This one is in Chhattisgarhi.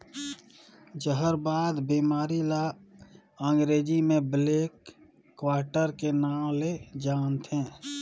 जहरबाद बेमारी ल अंगरेजी में ब्लैक क्वार्टर के नांव ले जानथे